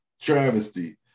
Travesty